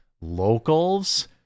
Locals